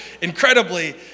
incredibly